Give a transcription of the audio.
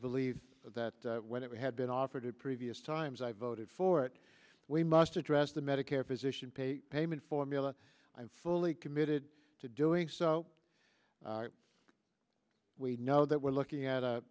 believe that when it had been offered previous times i voted for it we must address the medicare physician pay payment formula fully committed to doing so we know that we're looking at